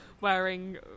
wearing